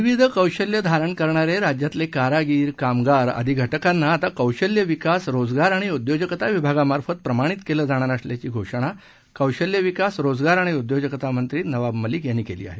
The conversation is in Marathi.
विविध कौशल्य धारण करणारे राज्यातले कारागिर कामगार आदी घटकांना आता कौशल्य विकास रोजगार आणि उद्योजकता विभागामार्फत प्रमाणित केलं जाणार असल्याची घोषणा कौशल्य विकास रोजगार आणि उद्योजकता मंत्री नवाब मलिक यांनी केली आहे